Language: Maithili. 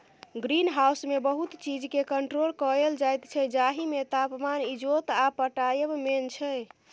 ग्रीन हाउसमे बहुत चीजकेँ कंट्रोल कएल जाइत छै जाहिमे तापमान, इजोत आ पटाएब मेन छै